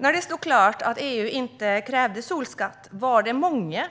När det stod klart att EU inte kräver solskatt mötte jag många